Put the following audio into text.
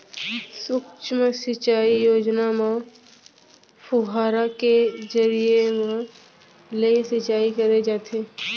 सुक्ष्म सिंचई योजना म फुहारा के जरिए म ले सिंचई करे जाथे